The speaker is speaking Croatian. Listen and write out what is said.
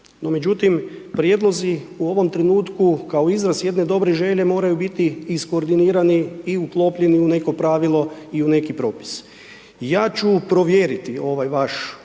međutim, prijedlozi u ovom trenutku, kao izraz jedne dobre želje moraju biti iskoordinirani i uklopljeni u neko pravilo u neki propis. Ja ću provjeriti ovaj vaš